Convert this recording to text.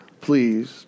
pleased